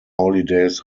holidays